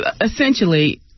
essentially